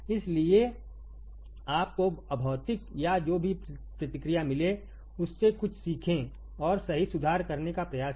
इसलिए आप को अभौतिक या जो भी प्रतिक्रिया मिले उससे कुछसीखें और सही सुधार करने का प्रयास करें